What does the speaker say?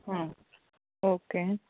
ആ ഓക്കെ